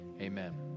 amen